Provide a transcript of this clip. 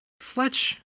Fletch